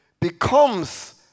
becomes